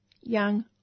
young